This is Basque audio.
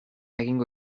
egingo